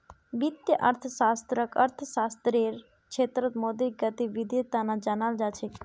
वित्तीय अर्थशास्त्ररक अर्थशास्त्ररेर क्षेत्रत मौद्रिक गतिविधीर तना जानाल जा छेक